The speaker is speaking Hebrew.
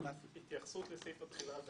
הם מחויבים להכיר את הנהנים של הפלטפורמה.